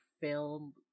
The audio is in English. film